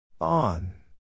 On